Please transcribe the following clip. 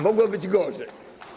Mogło być gorzej.